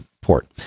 port